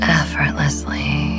effortlessly